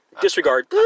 disregard